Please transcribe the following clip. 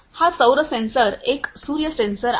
हा सौर सेन्सर एक सूर्य सेन्सर आहे